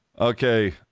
okay